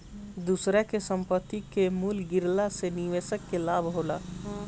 दूसरा के संपत्ति कअ मूल्य गिरला से निवेशक के लाभ होला